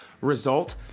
result